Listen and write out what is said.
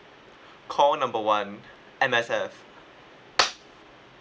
call number one M_S_F